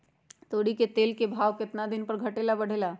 तोरी के तेल के भाव केतना दिन पर घटे ला बढ़े ला?